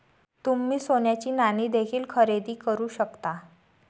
तुम्ही सोन्याची नाणी देखील खरेदी करू शकता